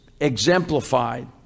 exemplified